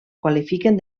qualifiquen